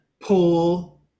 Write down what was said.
pull